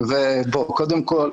קודם כל,